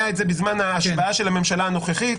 זה היה בזמן ההשבעה של הממשלה הנוכחית